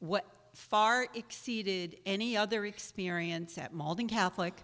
what far exceeded any other experience at malden catholic